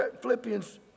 Philippians